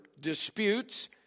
disputes